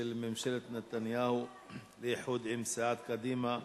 של ממשלת נתניהו באיחוד עם סיעת קדימה.